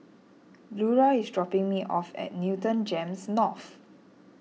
Lura is dropping me off at Newton Gems North